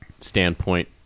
standpoint